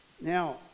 Now